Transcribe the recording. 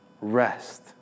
rest